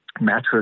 mattress